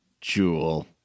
jewel